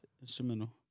instrumental